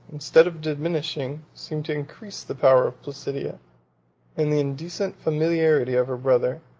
instead of diminishing, seemed to inerease the power of placidia and the indecent familiarity of her brother,